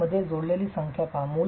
3 मध्ये जोडलेली संख्या पहा